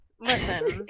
Listen